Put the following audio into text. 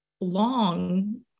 long